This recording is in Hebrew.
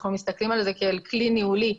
אנחנו מסתכלים על זה כאל כלי ניהולי,